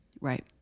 Right